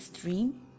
dream